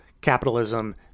capitalism